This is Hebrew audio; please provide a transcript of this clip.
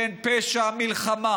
שהן פשע מלחמה.